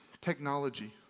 technology